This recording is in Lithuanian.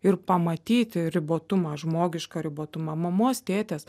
ir pamatyti ribotumą žmogišką ribotumą mamos tėtės